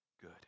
good